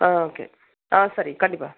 ஆ okay ஆ சரி கண்டிப்பாக